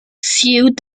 sued